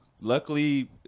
luckily